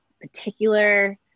particular